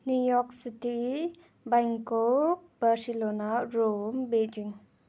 New York city Bangkok Barcelona Rome Beijing